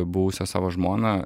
buvusią savo žmoną